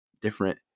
different